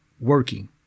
working